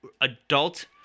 adult